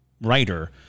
writer